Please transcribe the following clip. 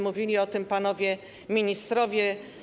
Mówili o tym panowie ministrowie.